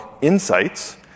Insights